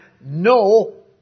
no